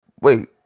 Wait